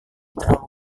terlalu